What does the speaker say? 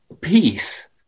peace